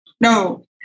no